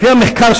לפי המחקר,